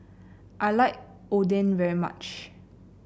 I like Oden very much